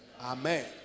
Amen